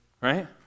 right